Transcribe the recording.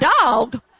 dog